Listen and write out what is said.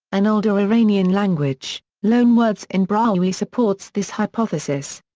an older iranian language, loanwords in brahui supports this hypothesis.